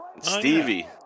Stevie